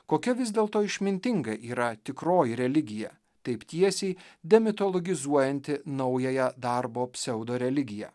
kokia vis dėlto išmintinga yra tikroji religija taip tiesiai demitologizuojanti naująją darbo pseudo religiją